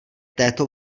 této